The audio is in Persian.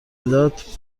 مداد